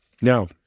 Now